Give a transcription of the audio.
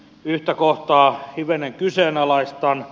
yhtä kohtaa hivenen kyseenalaistan